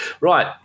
Right